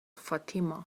fatima